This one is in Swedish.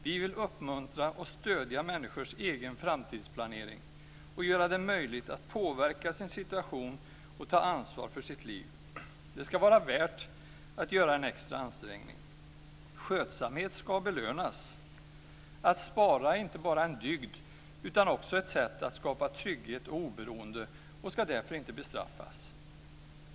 Vi vill uppmuntra och stödja människors egen framtidsplanering och göra det möjligt att påverka sin situation och ta ansvar för sitt liv. Det ska vara värt att göra en extra ansträngning. Skötsamhet ska belönas. Att spara är inte bara en dygd utan också ett sätt att skapa trygghet och oberoende, och det ska därför inte bestraffas.